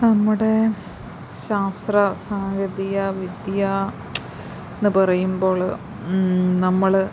നമ്മുടെ ശാസ്ത്ര സാങ്കേതിക വിദ്യാ എന്നു പറയുമ്പോൾ നമ്മൾ